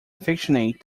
affectionate